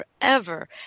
forever